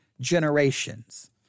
generations